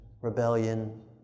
rebellion